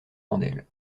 mandel